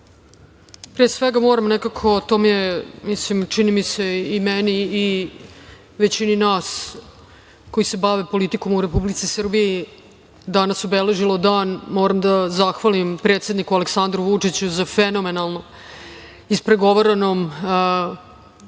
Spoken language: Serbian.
svega, moram nekako, to je čini mi se i meni i većini nas koji se bavimo politikom u Republici Srbiji danas obeležilo dan, da zahvalim predsedniku Aleksandru Vučiću na fenomenalno ispregovaranom dogovoru